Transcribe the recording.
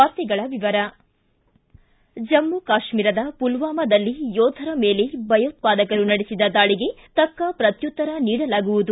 ವಾರ್ತೆಗಳ ವಿವರ ಜಮ್ಮು ಕಾಶ್ಮೀರದ ಪುಲ್ವಾಮಾದಲ್ಲಿ ಯೋಧರ ಮೇಲೆ ಭಯೋತ್ವಾದಕರು ನಡೆಸಿದ ದಾಳಿಗೆ ತಕ್ಕ ಪ್ರತ್ಯುತ್ತರ ನೀಡಲಾಗುವುದು